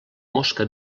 mosca